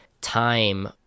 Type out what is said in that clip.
time